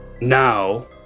Now